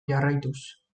jarraituz